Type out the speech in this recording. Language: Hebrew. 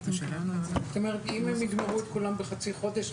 אם הם יגמרו את כולם בחצי חודש?